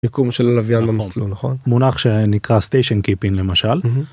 מיקום של הלוויין במסלול נכון מונח שנקרא סטיישן קיפין למשל.